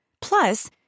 Plus